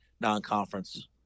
non-conference